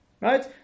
Right